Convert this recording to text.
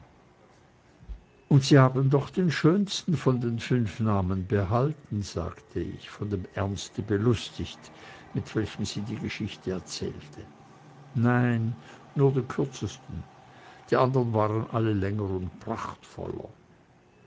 und sie haben doch den schönsten von den fünf namen behalten sagte ich von dem ernste belustigt mit welchem sie die geschichte erzählte nein nur den kürzesten die andern waren alle länger und prachtvoller